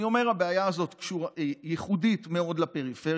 אני אומר: הבעיה הזאת ייחודית מאוד לפריפריה,